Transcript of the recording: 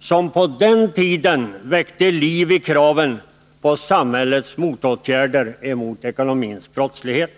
som på den tiden väckte liv i kraven på samhällets motåtgärder mot den ekonomiska brottsligheten.